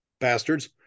bastards